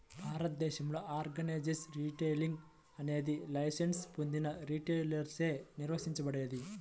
భారతదేశంలో organised retailing అనేది licence పొందిన రిటైలర్లచే నిర్వహించబడేది